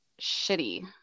shitty